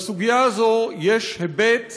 לסוגיה הזו יש היבט